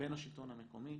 בין השלטון המקומי